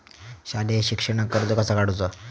शालेय शिक्षणाक कर्ज कसा काढूचा?